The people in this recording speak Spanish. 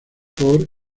por